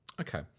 Okay